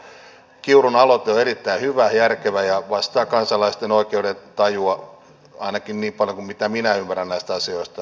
kiurun aloite on erittäin hyvä ja järkevä ja vastaa kansalaisten oikeudentajua ainakin niin paljon kuin mitä minä ymmärrän näistä asioista